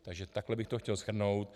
Takže takhle bych to chtěl shrnout.